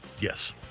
Yes